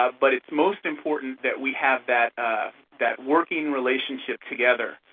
but it's most important that we have that that working relationship together.